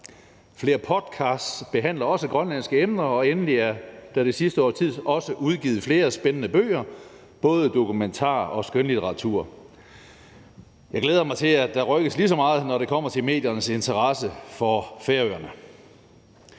Flere podcasts behandler også grønlandske emner, og endelig er der det sidste års tid også blevet udgivet flere spændende bøger, både fag- og skønlitteratur. Jeg glæder mig til, at der rykkes lige så meget, når det kommer til mediernes interesse for Færøerne.